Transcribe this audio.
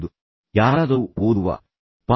ಆದರೆ ನೀವು ಅದರ ಬಗ್ಗೆ ಯೋಚಿಸುವುದು ಮುಖ್ಯವಾಗಿದೆ